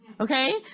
okay